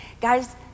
Guys